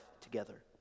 together